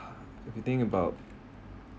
if you think about